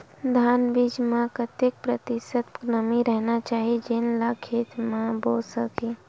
धान बीज म कतेक प्रतिशत नमी रहना चाही जेन ला खेत म बो सके?